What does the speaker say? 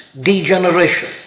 degeneration